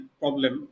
problem